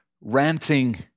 ranting